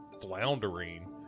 floundering